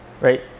right